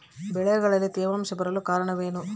ಬೆಳೆಗಳಲ್ಲಿ ತೇವಾಂಶ ಬರಲು ಕಾರಣ ಏನು?